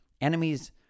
Enemies